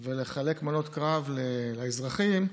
ולחלק מנות קרב לאזרחים,